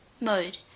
Mode